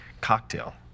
cocktail